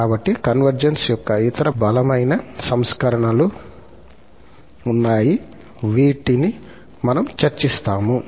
కాబట్టి కన్వర్జెన్స్ యొక్క ఇతర బలమైన సంస్కరణలువర్షన్ లు ఉన్నాయి వీటిని మనం చర్చిస్తాము